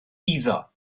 iddo